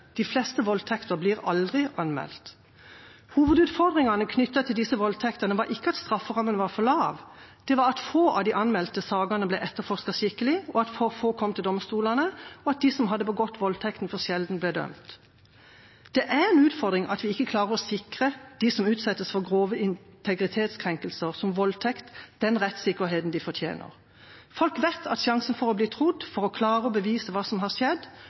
De fleste voldtekter blir aldri anmeldt. Hovedutfordringen knyttet til disse voldtektene var ikke at strafferammen var for lav. Det var at for få av de anmeldte sakene ble etterforsket skikkelig, at for få kom til domstolene, og at den som hadde begått voldtekten, for sjelden ble dømt. Det er en utfordring at vi ikke klarer å sikre dem som utsettes for grove integritetskrenkelser som voldtekt, den rettssikkerheten de fortjener. Folk vet at sjansen for å bli trodd, for å klare å bevise hva som har skjedd,